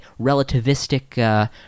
relativistic